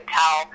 tell